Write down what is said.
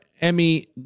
Emmy